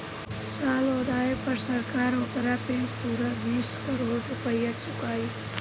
साल ओराये पर सरकार ओकारा के पूरा बीस करोड़ रुपइया चुकाई